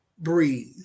breathe